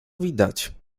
widać